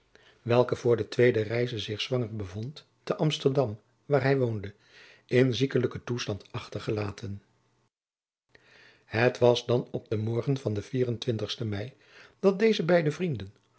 welke voor de tweede reize zich zwanger bevond te amsterdam waar hij woonde in ziekelijken toestand achtergelaten het was dan op den morgen van den vierentwintigsten mei dat deze beide vrienden